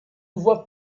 voit